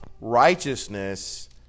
righteousness